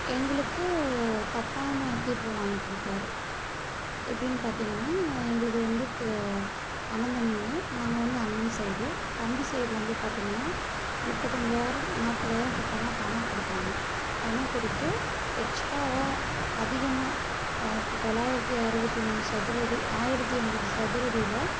எங்களுக்கு தப்பான தீர்ப்பு வாங்கிக்கொடுத்தாரு எப்படின்னு பார்த்திங்கனா எங்களது வந்து க அண்ணன் தம்பிங்க நாங்கள் வந்து அண்ணன் சைடு தம்பி சைடு வந்து பார்த்திங்கனா முப்பத்தஞ்சாயிரம் நாற்பதாயிரம் பக்கமாக பணம் கொடுத்தாங்க பணம் கொடுத்து எக்ஸ்ட்ராவாக அதிகமாக இப்போ தொளாயிரத்து அறுபத்தி மூணு சதுர அடி ஆயிரத்து எண்பது சதுரடியில